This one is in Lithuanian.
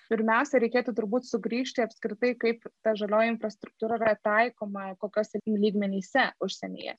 pirmiausia reikėtų turbūt sugrįžti apskritai kaip ta žalioji infrastruktūra yra taikoma kokiuose tai lygmenyse užsienyje